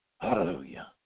Hallelujah